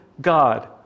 God